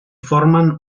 formen